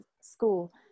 school